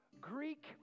Greek